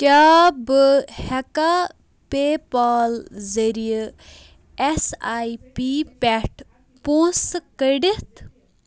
کیٛاہ بہٕ ہٮ۪کیٛاہ پیٚے پال ذٔریعہِ ایس آٮٔی پی پٮ۪ٹھ پۄنٛسہٕ کٔڈِتھ